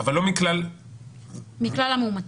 מכלל המאומתים.